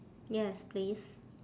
yes please